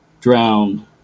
drowned